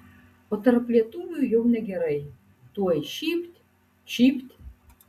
o tarp lietuvių jau negerai tuoj šypt šypt